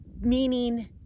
Meaning